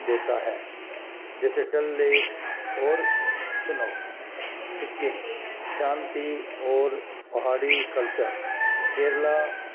دیتا ہے جیسے ڈل لیک اور سنو سکم شانتی اور پہاڑی کلچر کیرلا